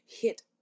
hit